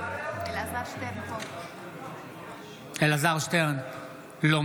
אינה